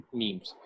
memes